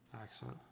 accent